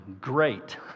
great